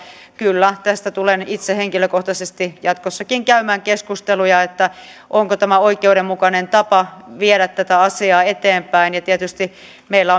kyllä tästä tulen itse henkilökohtaisesti jatkossakin käymään keskusteluja onko tämä oikeudenmukainen tapa viedä tätä asiaa eteenpäin tietysti meillä